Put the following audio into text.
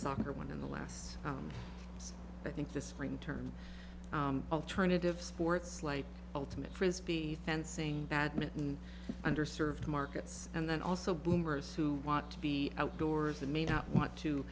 soccer one in the last i think this from term alternative sports like ultimate frisbee fencing badminton under served markets and then also boomers who want to be outdoors and may not want to